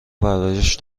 پرورش